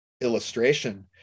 illustration